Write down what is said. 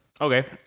Okay